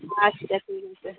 আচ্ছা শুরুতে